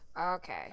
Okay